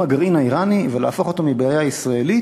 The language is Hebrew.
הגרעין האיראני ולהפוך אותו מבעיה ישראלית,